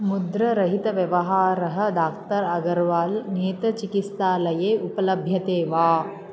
मुद्रारहितव्यवहारः doctor Agarwal नेत्र चिकित्सालये उपलभ्यते वा